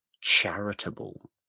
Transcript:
charitable